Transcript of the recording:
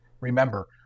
remember